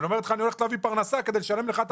אנחנו פותחים את הדיון הבוקר של ועדת העבודה והרווחה.